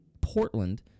Portland